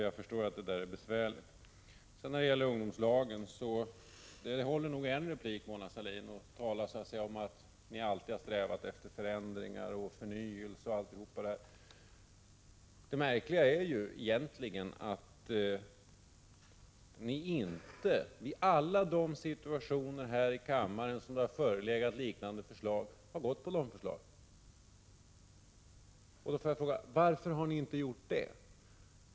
Jag förstår att detta är besvärligt. En replik om ungdomslagen håller nog, Mona Sahlin. Hon säger att socialdemokraterna alltid har strävat efter förändring och förnyelse. Det märkliga är egentligen att ni inte, vid alla de tillfällen här i kammaren som det har förelegat liknande förslag, har följt de förslagen. Varför har ni inte gjort det?